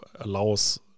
allows